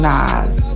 Nas